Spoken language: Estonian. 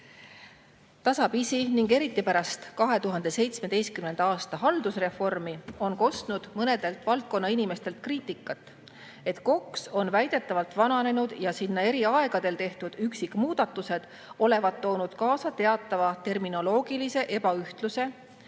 eriti pärast 2017. aasta haldusreformi on kostnud mõnelt valdkonnainimeselt kriitikat, et KOKS on väidetavalt vananenud ja sinna eri aegadel tehtud üksikmuudatused olevat toonud kaasa teatava terminoloogilise ebaühtluse,